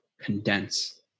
Condense